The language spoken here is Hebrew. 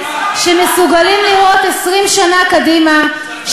שמסוגלים לראות 20 שנה קדימה,